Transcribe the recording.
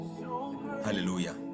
Hallelujah